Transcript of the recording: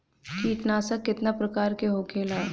कीटनाशक कितना प्रकार के होखेला?